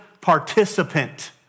participant